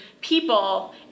people